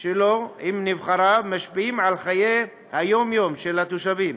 שלו עם נבחריו משפיעים על חיי היום-יום של התושבים,